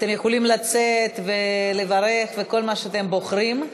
אתם יכולים לצאת ולברך וכל מה שאתם בוחרים.